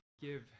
give